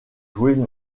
jouer